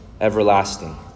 everlasting